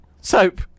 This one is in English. Soap